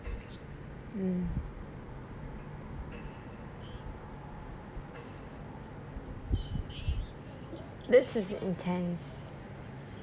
mm this is intense